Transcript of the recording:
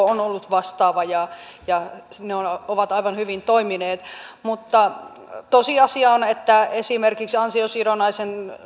on ollut vastaava ja ja ne ovat aivan hyvin toimineet mutta tosiasia on että esimerkiksi ansiosidonnaisen